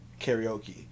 Karaoke